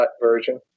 version